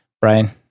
brian